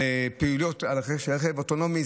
רכב אוטונומי,